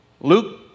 Luke